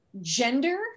gender